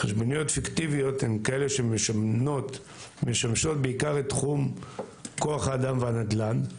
חשבוניות פיקטיביות הן כאלה שמשמשות בעיקר את תחום כוח האדם והנדל"ן,